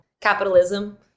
capitalism